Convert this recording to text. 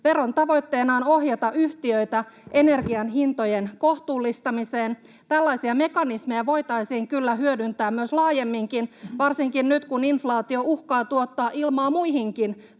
Veron tavoitteena on ohjata yhtiöitä energianhintojen kohtuullistamiseen. Tällaisia mekanismeja voitaisiin kyllä hyödyntää myös laajemminkin varsinkin nyt, kun inflaatio uhkaa tuottaa ilmaa muihinkin tuotteisiin